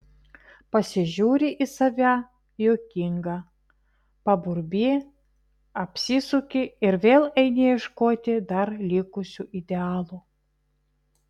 pasižiūri į save juokinga paburbi apsisuki ir vėl eini ieškoti dar likusių idealų